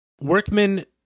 Workmen